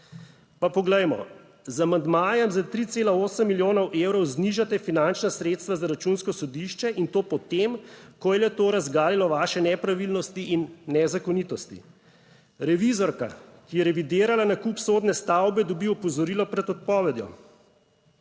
Pa poglejmo, z amandmajem za 3,8 milijonov evrov znižate finančna sredstva za Računsko sodišče in to po tem, ko je le-to razgalilo vaše nepravilnosti in nezakonitosti. Revizorka, ki je revidirala nakup sodne stavbe dobi opozorilo pred odpovedjo.